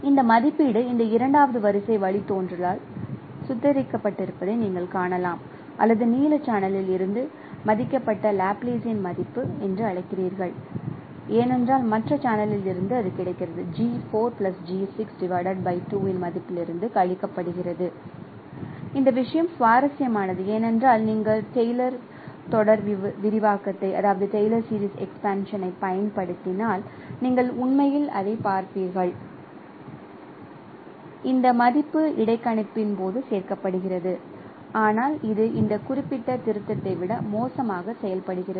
இந்த மதிப்பீடு இந்த இரண்டாவது வரிசை வழித்தோன்றலால் சுத்திகரிக்கப்பட்டிருப்பதை நீங்கள் காணலாம் அல்லது நீல சேனலில் இருந்து மதிப்பிடப்பட்ட லாப்லாசியன் மதிப்பு என்று அழைக்கிறீர்கள் ஏனென்றால் மற்ற சேனலில் இருந்து அது கிடைக்கிறது இன் மதிப்பிலிருந்து கழிக்கப்படுகிறது இந்த விஷயம் சுவாரஸ்யமானது ஏனென்றால் நீங்கள் டெய்லர் தொடர் விரிவாக்கத்தைப் பயன்படுத்தினால் நீங்கள் உண்மையில் அதைப் பார்ப்பீர்கள் இந்த மதிப்பு இடைக்கணிப்பின் போது சேர்க்கப்படுகிறது ஆனால் இது இந்த குறிப்பிட்ட திருத்தத்தை விட மோசமாக செயல்படுகிறது